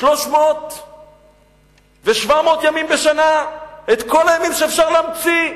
300 ו-700 ימים בשנה, את כל הימים שאפשר להמציא,